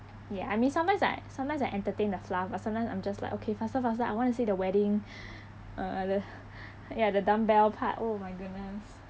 ya I mean sometimes I sometimes I entertain the fluff but sometimes I'm just like okay faster faster I wanna see the wedding uh the ya the dumbbell part oh my goodness